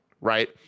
right